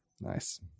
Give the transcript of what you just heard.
Nice